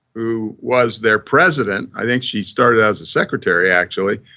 who was their president, i think she started as a secretary actually.